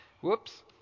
whoops